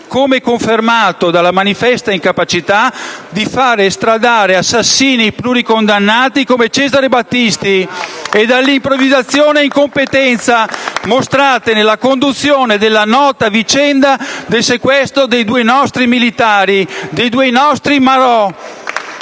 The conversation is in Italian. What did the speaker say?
come confermato dalla manifesta incapacità di far estradare assassini pluricondannati come Cesare Battisti *(Applausi dal Gruppo LN-Aut)* e dall'improvvisazione ed incompetenza mostrate nella conduzione della nota vicenda del sequestro dei due nostri militari, dei due nostri marò.